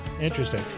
interesting